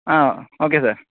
ah okay sir